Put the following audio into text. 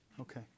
Okay